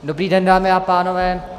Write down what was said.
Dobrý den, dámy a pánové.